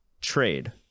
trade